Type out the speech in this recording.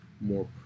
more